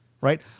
right